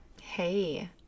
Hey